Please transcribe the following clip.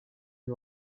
you